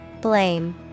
Blame